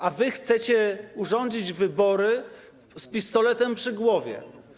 A wy chcecie urządzić wybory z pistoletem przy głowie.